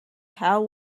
how